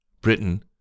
Britain